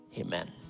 Amen